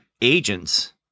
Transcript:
agents